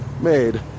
made